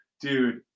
Dude